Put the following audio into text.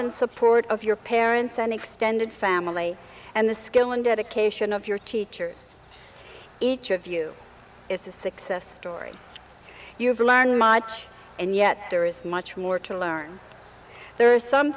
and support of your parents and extended family and the skill and dedication of your teachers each of you is a success story you have learned much and yet there is much more to learn there are some